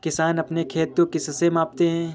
किसान अपने खेत को किससे मापते हैं?